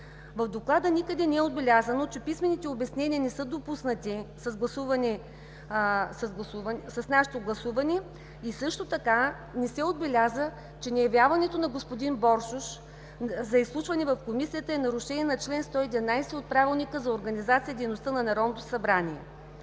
В Доклада никъде не е отбелязано, че писмените обяснения не са допуснати с нашето гласуване и също така не се отбеляза, че неявяването на господин Боршош за изслушване в Комисията е нарушение на чл. 111 от Правилника за организацията и дейността на Народното събрание.